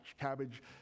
Cabbage